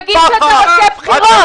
--- רם, תגיד שאתה רוצה בחירות.